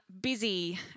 busy